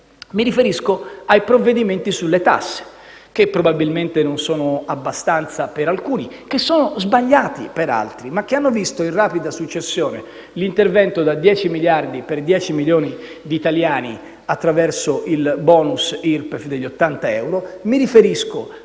Mi riferisco ai provvedimenti sulle tasse, che probabilmente non sono abbastanza per alcuni, che sono sbagliati per altri, ma che hanno visto in rapida successione: l'intervento da 10 miliardi di euro per 10 milioni di italiani attraverso il *bonus* IRPEF di 80 euro; l'intervento